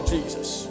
Jesus